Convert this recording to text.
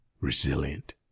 resilient